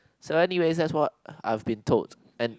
so anyways that's what I've been told and